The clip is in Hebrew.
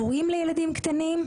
הורים לילדים קטנים,